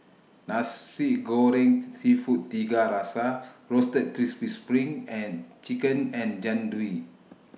Nasi Goreng Seafood Tiga Rasa Roasted Crispy SPRING and Chicken and Jian Dui